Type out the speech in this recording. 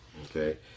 okay